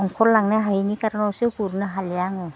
ओंखरलांनो हायैनि खारनावसो गुरनो हालिया आङो